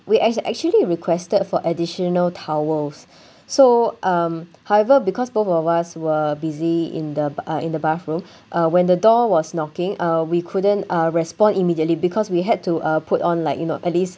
we act~ actually requested for additional towels so um however because both of us were busy in the uh in the bathroom uh when the door was knocking uh we couldn't uh respond immediately because we had to uh put on like you know at least